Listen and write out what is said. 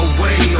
Away